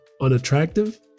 unattractive